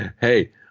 Hey